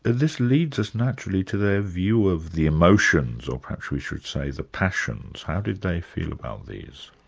ah this leads us naturally to their view of the emotions, or perhaps we should say the passions. how did they feel about these?